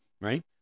right